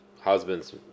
husbands